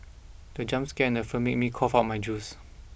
the jump scare in the film made me cough out my juice